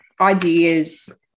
ideas